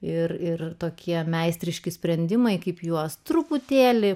ir ir tokie meistriški sprendimai kaip juos truputėlį